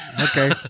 Okay